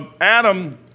Adam